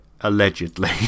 allegedly